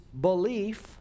belief